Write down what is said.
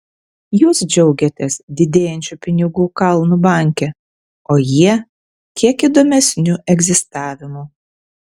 jūs džiaugiatės didėjančiu pinigų kalnu banke o jie kiek įdomesniu egzistavimu